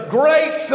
great